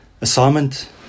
assignment